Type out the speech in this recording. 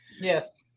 Yes